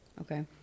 Okay